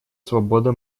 свобода